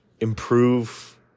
improve